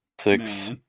Six